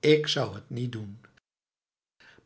ik zou het niet doen